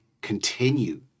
continue